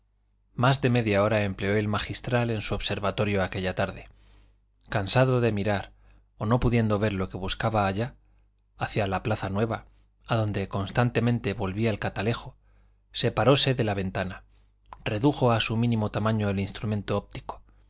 más de media hora empleó el magistral en su observatorio aquella tarde cansado de mirar o no pudiendo ver lo que buscaba allá hacia la plaza nueva adonde constantemente volvía el catalejo separose de la ventana redujo a su mínimo tamaño el instrumento óptico